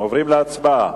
עוברים להצבעה.